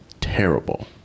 terrible